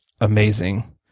amazing